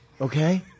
Okay